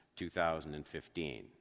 2015